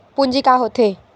पूंजी का होथे?